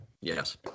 Yes